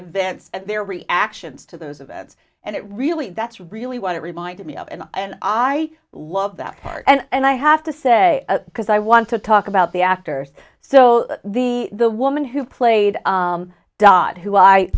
events and their reactions to those events and it really that's really what it reminded me of and i love that part and i have to say because i want to talk about the actors so the the woman who played dot who i